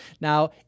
Now